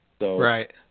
Right